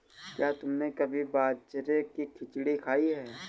क्या तुमने कभी बाजरे की खिचड़ी खाई है?